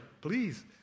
please